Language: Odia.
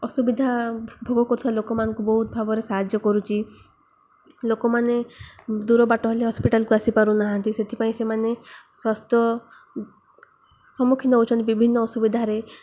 ଅସୁବିଧା ଭୋଗ କରୁଥିବା ଲୋକମାନଙ୍କୁ ବହୁତ ଭାବରେ ସାହାଯ୍ୟ କରୁଛି ଲୋକମାନେ ଦୂର ବାଟ ହେଲେ ହସ୍ପିଟାଲ୍କୁ ଆସିପାରୁ ନାହାନ୍ତି ସେଥିପାଇଁ ସେମାନେ ସ୍ୱାସ୍ଥ୍ୟ ସମ୍ମୁଖୀନ ହଉଛନ୍ତି ବିଭିନ୍ନ ଅସୁବିଧାରେ